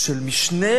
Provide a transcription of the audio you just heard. של משנה